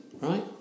right